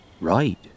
right